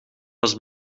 was